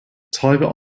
tiber